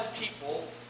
people